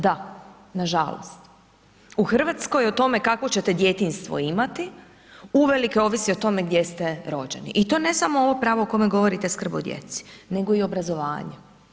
Da nažalost, u Hrvatskoj o tome, kakvo ćete djetinjstvo imati, uvelike ovisi o tome gdje ste rođeni i to ne samo ovo pravo o kojem govorite o skrb i djeci, nego i obrazovanju.